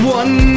one